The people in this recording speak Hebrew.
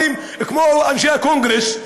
באים כמו אנשי הקונגרס,